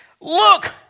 Look